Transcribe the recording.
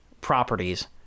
properties